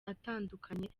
atandukanye